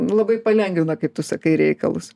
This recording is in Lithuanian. labai palengvina kaip tu sakai reikalus